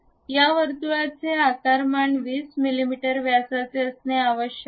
यावर्तुळाचे आकारमान 20 मिमी व्यासाचे असणे आवश्यक आहे